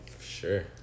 Sure